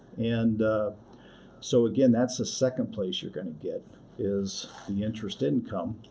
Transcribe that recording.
and so, again, that's the second place you're going to get is the interest income.